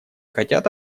хотят